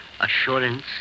assurance